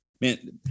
man